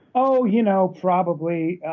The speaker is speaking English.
oh, you know, probably